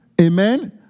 Amen